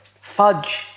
fudge